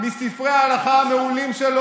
חבר הכנסת משה אבוטבול.